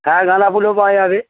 হঁ গাঁদা ফুল ও পাওয়া যাবে